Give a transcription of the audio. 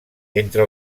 entre